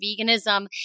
veganism